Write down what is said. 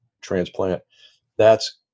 transplant—that's